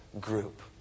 group